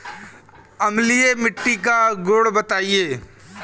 अम्लीय मिट्टी का गुण बताइये